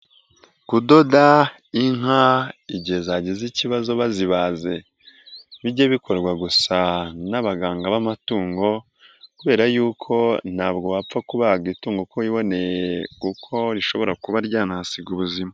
Kudoda inka igihe zagize ikibazo bazibaze, bijye bikorwa gusa n'abaganga b'amatungo kubera yuko ntabwo wapfa kubaga itungo kuko riboneye kuko rishobora kuba ryanahasiga ubuzima.